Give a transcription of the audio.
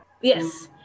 Yes